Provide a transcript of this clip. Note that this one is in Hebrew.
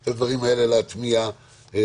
שאני אוכל את הדברים האלה להטמיע כאן.